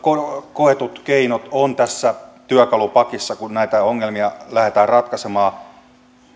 koetut keinot ovat työkalupakissa kun näitä ongelmia lähdetään ratkaisemaan